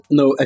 no